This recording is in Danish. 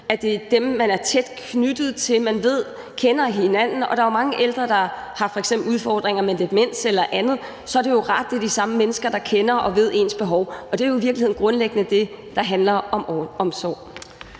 at det er dem, man er tæt knyttet til, og at man kender hinanden. Der er jo mange ældre, der f.eks. har udfordringer med demens eller andet, og så er det jo rart, at det er de samme mennesker, der kender en og ved, hvad ens behov er. Det er jo i virkeligheden grundlæggende det, der handler om omsorg.